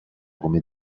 come